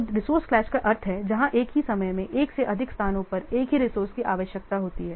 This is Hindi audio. तो रिसोर्से क्लैश का अर्थ है जहां एक ही समय में 1 से अधिक स्थानों पर एक ही रिसोर्से की आवश्यकता होती है